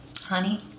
honey